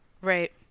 right